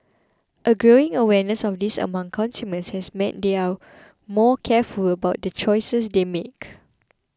a growing awareness of this among consumers has meant they are more careful about the choices they make